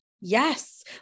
Yes